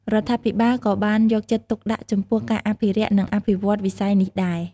រដ្ឋាភិបាលក៏បានយកចិត្តទុកដាក់ចំពោះការអភិរក្សនិងអភិវឌ្ឍន៍វិស័យនេះដែរ។